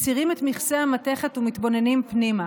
מסירים את מכסה המתכת ומתבוננים פנימה.